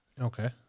Okay